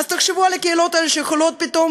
אז תחשבו על הקהילות האלה שיכולות פתאום